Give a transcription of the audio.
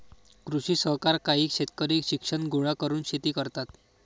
कृषी सहकार काही शेतकरी शिक्षण गोळा करून शेती करतात